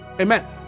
amen